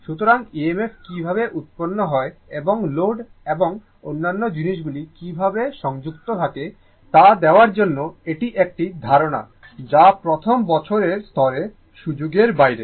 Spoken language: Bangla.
সুতরাং EMF কীভাবে উৎপন্ন হয় এবং লোড এবং অন্যান্য জিনিসগুলি কীভাবে সংযুক্ত থাকে তা দেওয়ার জন্য এটি একটি ধারণা যা প্রথম বছরের স্তরে সুযোগের বাইরে